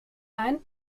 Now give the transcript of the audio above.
ein